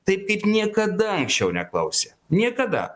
taip kaip niekada anksčiau neklausė niekada